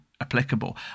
applicable